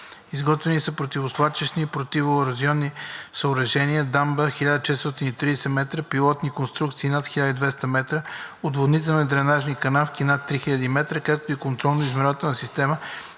Изградени са противосвлачищни и противоабразионни съоръжения – дамба 1430 метра, пилотни конструкции – над 1200 метра, отводнителни дренажи и канавки – над 3000 метра, както и контролно-измервателна система,